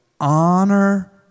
honor